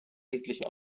endlich